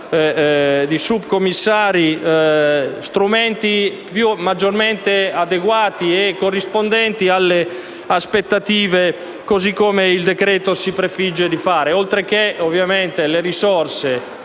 di subcommissari, strumenti maggiormente adeguati e corrispondenti alle aspettative, così come il decreto si prefigge di fare, oltre che le risorse